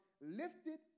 lifted